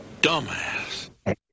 dumbass